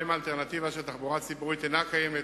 שבהם האלטרנטיבה של תחבורה ציבורית אינה קיימת